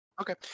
Okay